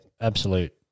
absolute